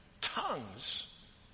tongues